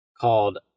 Called